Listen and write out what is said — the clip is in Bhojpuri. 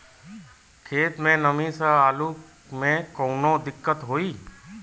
खेत मे नमी स आलू मे कऊनो दिक्कत होई?